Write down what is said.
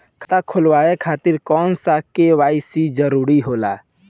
खाता खोलवाये खातिर कौन सा के.वाइ.सी जरूरी होला?